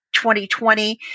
2020